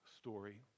story